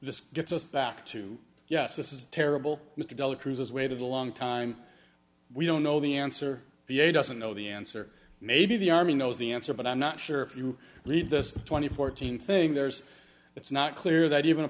this gets us back to yes this is terrible mr della cruz's waited a long time we don't know the answer the a doesn't know the answer maybe the army knows the answer but i'm not sure if you leave this twenty fourteen thing there's it's not clear that even a